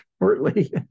shortly